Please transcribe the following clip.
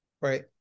right